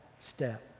step